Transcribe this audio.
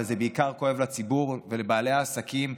אבל זה בעיקר כואב לציבור ולבעלי העסקים,